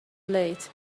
late